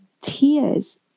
tears